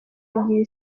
ebyiri